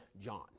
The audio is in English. John